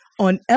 on